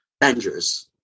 dangerous